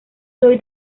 soy